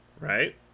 right